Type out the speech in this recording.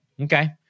okay